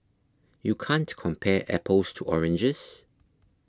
you can't compare apples to oranges